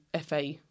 FA